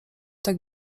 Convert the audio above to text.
tak